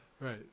right